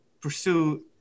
pursue